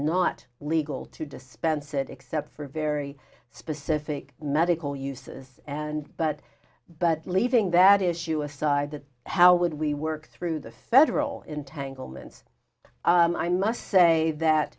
not legal to dispense it except for very specific medical uses and but but leaving that issue aside how would we work through the federal entanglements i must say that